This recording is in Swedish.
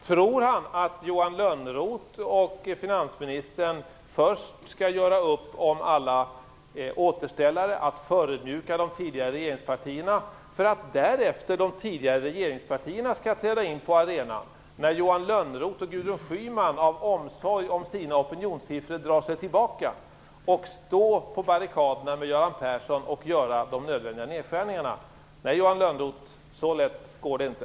Tror Johan Lönnroth att han och finansministern först skall göra upp om alla återställare och förödmjuka de tidigare regeringspartierna, för att de tidigare regeringspartierna därefter, när Johan Lönnroth och Gudrun Schyman av omsorg om sina opinionssiffror drar sig tillbaka, skall träda in på arenan och stå på barrikaderna med Göran Persson och göra de nödvändiga nedskärningarna? Nej, Johan Lönnroth, så lätt går det inte.